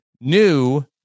new